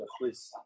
Please